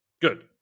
good